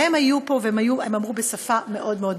והם היו פה ואמרו בשפה מאוד מאוד ברורה: